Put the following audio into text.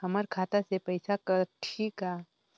हमर खाता से पइसा कठी का?